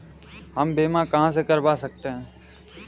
हम बीमा कहां से करवा सकते हैं?